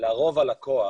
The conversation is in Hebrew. לרוב הלקוח